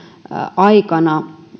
aikana